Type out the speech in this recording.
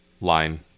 line